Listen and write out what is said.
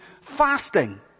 fasting